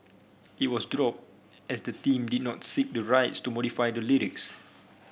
it was dropped as the team did not seek the rights to modify the lyrics